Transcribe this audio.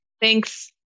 Thanks